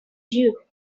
you